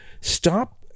stop